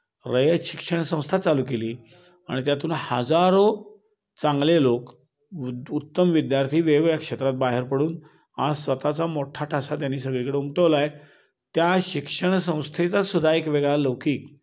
रयत शिक्षण संस्था चालू केली आणि त्यातून हजारो चांगले लोक उत्तम विद्यार्थी वेगवेगळ्या क्षेत्रात बाहेर पडून आज स्वतःचा मोठ्ठा ठसा त्यानी सगळीकडे उमटवला आहे त्या शिक्षण संस्थेचा सुद्धा एक वेगळा लौकिक